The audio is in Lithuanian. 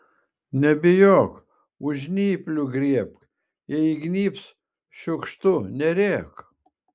nebijok už žnyplių griebk jei įgnybs šiukštu nerėk